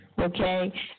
okay